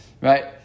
right